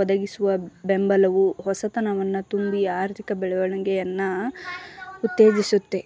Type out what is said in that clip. ಒದಗಿಸುವ ಬೆಂಬಲವು ಹೊಸತನವನ್ನ ತುಂಬಿ ಆರ್ಥಿಕ ಬೆಳವಣಿಗೆಯನ್ನ ಉತ್ತೇಜಿಸುತ್ತೆ